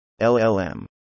LLM